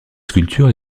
sculptures